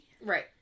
Right